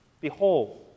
Behold